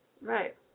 Right